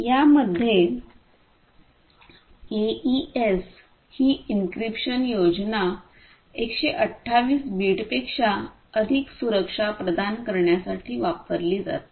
यामध्ये एईएस ही एनक्रिप्शन योजना 128 बिटपेक्षा अधिक सुरक्षा प्रदान करण्यासाठी वापरली जाते